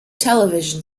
television